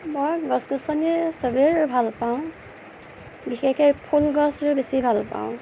মই গছ গছনি চবেই ৰুই ভাল পাওঁ বিশেষকৈ ফুল গছ ৰুই বেছি ভাল পাওঁ